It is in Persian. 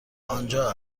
آنجا